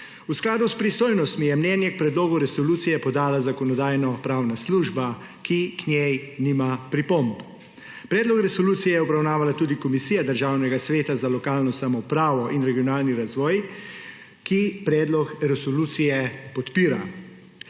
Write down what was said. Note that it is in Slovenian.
V skladu s pristojnostmi je mnenje k predlogu resolucije podala Zakonodajno-pravna služba, ki k njej nima pripomb. Predlog resolucije je obravnavala tudi Komisija Državnega sveta za lokalno samoupravo in regionalni razvoj, ki predlog resolucije podpira.